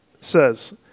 says